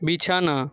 বিছানা